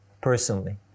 personally